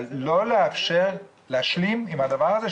אבל לא להשלים עם זה,